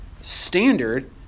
standard